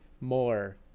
more